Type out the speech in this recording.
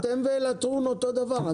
אתם ולטרון אותו דבר.